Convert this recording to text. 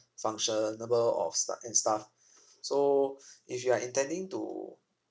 functionable ofs~ stu~ and stuff so if you are intending to